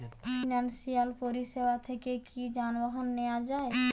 Financial পরিসেবা থেকে কি যানবাহন নেওয়া যায়?